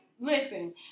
Listen